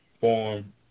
form